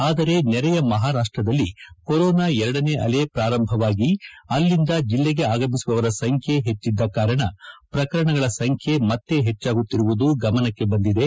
ಆದರೆ ನೆರೆಯ ಮಹಾರಾ ್ರದಲ್ಲಿ ಕೊರೋನಾ ಎರಡನೇ ಅಲೆ ಪ್ರಾರಂಭವಾಗಿ ಅಲ್ಲಿಂದ ಜಿಲ್ಲೆಗೆ ಆಗಮಿಸುವವರ ಸಂಖ್ಯೆ ಹೆಚ್ಚಿದ್ದ ಕಾರಣ ಪ್ರಕರಣಗಳ ಸಂಖ್ಯೆ ಮತ್ತೆ ಹೆಚ್ಚಾಗುತ್ತಿರುವುದು ಗಮನಕ್ಕೆ ಬಂದಿದೆ